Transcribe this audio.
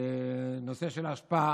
הנושא של האשפה